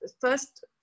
first